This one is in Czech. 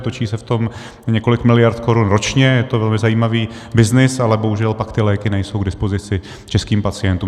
Točí se v tom několik miliard korun ročně, je to velmi zajímavý byznys, ale bohužel pak ty léky nejsou k dispozici českým pacientům.